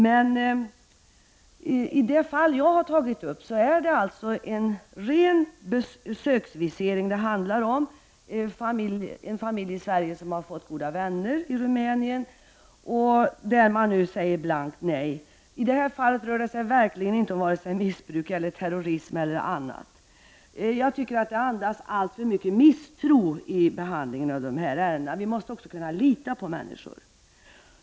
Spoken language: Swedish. Men i det fall jag har tagit upp handlar det om en ren besöksvisering. Det rör sig om en familj i Sverige som har fått goda vänner i Rumänien och som nu får blankt nej på sin ansökan. I detta fall rör det sig verkligen inte om vare sig missbruk, terrorism eller liknande. Jag tycker att det finns alltför mycket misstro i behandlingen av de här ärendena. Vi måste också kunna lita på människor.